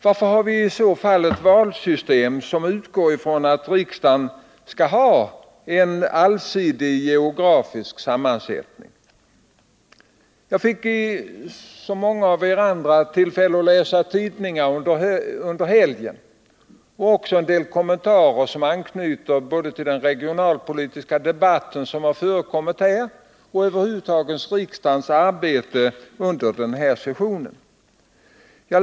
Varför har vi i så fall ett valsystem som utgår från att riksdagen skall ha en geografiskt allsidig sammansättning? Jag har som många av er andra haft tillfälle att läsa tidningar under helgen. En del kommentarer har anknutit till både den regionalpolitiska debatt som vi har haft här och riksdagens arbete över huvud taget under den här sessionen.